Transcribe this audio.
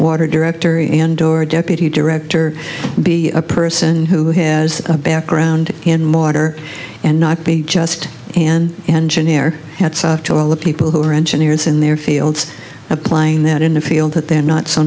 water directory and or deputy director be a person who has a background in water and not be just an engineer to all the people who are engineers in their fields applying that in the field that they're not so